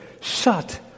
shut